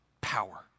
power